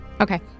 Okay